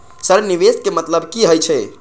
Sir निवेश के मतलब की हे छे?